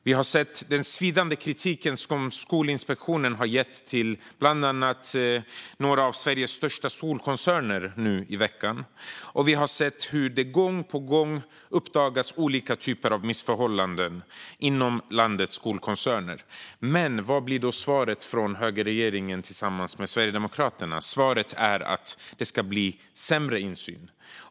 Vi har i veckan tagit del av Skolinspektionens svidande kritik mot några av Sveriges största skolkoncerner, och vi har sett hur det gång på gång uppdagas olika typer av missförhållanden inom landets skolkoncerner. Vad blir då svaret från högerregeringen och Sverigedemokraterna på detta? Jo, att det ska bli sämre insyn.